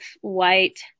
white